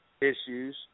issues